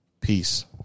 Peace